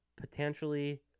potentially